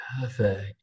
perfect